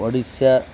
Odisha